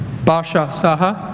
barsha saha